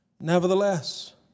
Nevertheless